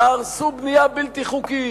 תהרסו בנייה בלתי חוקית,